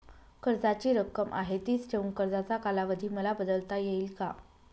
कर्जाची रक्कम आहे तिच ठेवून कर्जाचा कालावधी मला बदलता येईल का?